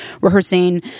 rehearsing